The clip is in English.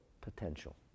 potential